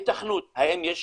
ההיתכנות, האם יש